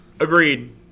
Agreed